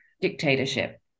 dictatorship